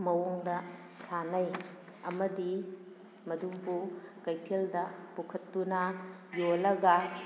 ꯃꯑꯣꯡꯗ ꯁꯥꯟꯅꯩ ꯑꯃꯗꯤ ꯃꯗꯨꯕꯨ ꯀꯩꯊꯦꯜꯗ ꯄꯨꯈꯠꯇꯨꯅ ꯌꯣꯜꯂꯒ